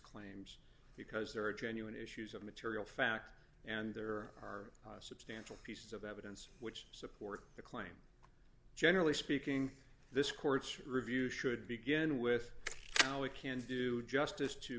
claims because there are genuine issues of material fact and there are substantial pieces of evidence which support the claim generally speaking this court's review should begin with how we can do justice to